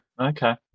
okay